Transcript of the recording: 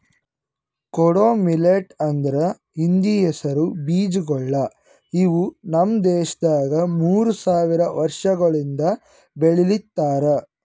ಕೊಡೋ ಮಿಲ್ಲೆಟ್ ಅಂದುರ್ ಹಿಂದಿ ಹೆಸರು ಬೀಜಗೊಳ್ ಇವು ನಮ್ ದೇಶದಾಗ್ ಮೂರು ಸಾವಿರ ವರ್ಷಗೊಳಿಂದ್ ಬೆಳಿಲಿತ್ತಾರ್